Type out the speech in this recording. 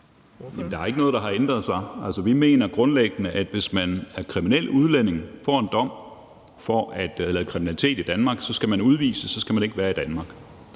der er ikke noget, der har ændret sig. Altså, vi mener grundlæggende, at hvis man er kriminel udlænding og får en dom for at have lavet kriminalitet i Danmark, skal man udvises; så skal man ikke være i Danmark.